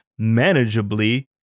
manageably